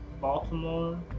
Baltimore